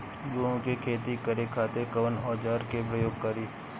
गेहूं के खेती करे खातिर कवन औजार के प्रयोग करी?